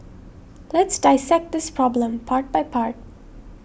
let's dissect this problem part by part